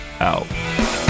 out